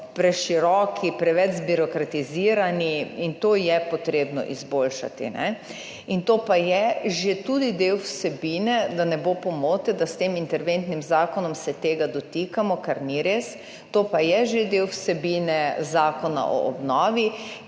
preširoki, preveč zbirokratizirani in to je potrebno izboljšati. To pa je že tudi del vsebine, da ne bo pomote, da s tem interventnim zakonom se tega dotikamo, kar ni res, to pa je že del vsebine Zakona o obnovi,